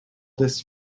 this